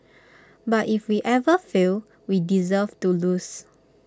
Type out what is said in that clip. but if we ever fail we deserve to lose